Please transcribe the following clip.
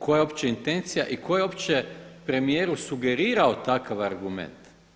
Koja je uopće intencija i tko je uopće premijeru sugerirao takav argument?